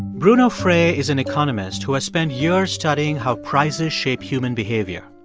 bruno frey is an economist who has spent years studying how prizes shape human behavior.